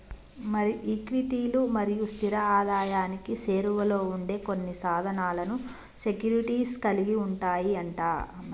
మరి ఈక్విటీలు మరియు స్థిర ఆదాయానికి సేరువలో ఉండే కొన్ని సాధనాలను సెక్యూరిటీస్ కలిగి ఉంటాయి అంట